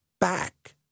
back